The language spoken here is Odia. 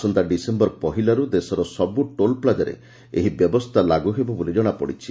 ଆସନ୍ତା ଡିସେମ୍ସର ପହିଲାରୁ ଦେଶର ସବୁ ଟୋଲପ୍ଲାଜାରେ ଏହି ବ୍ୟବସ୍ରା ଲାଗୁ ହେବ ବୋଲି ଜଶାପଡିଛି